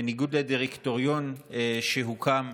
בניגוד לדירקטוריון שהוקם.